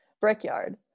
Brickyard